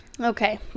Okay